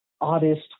oddest